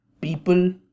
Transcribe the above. people